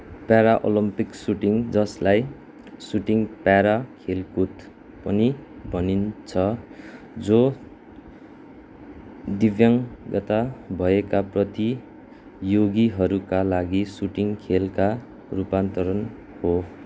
Paralympic shooting जसलाई shooting para खेलकुद पनि भनिन्छ जो दिव्याङ्गता भएका प्रतियोगीहरूका लागि सुटिङ खेलका रूपान्तरण हो